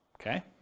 Okay